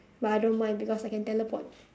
but I don't mind because I can teleport